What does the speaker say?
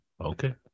Okay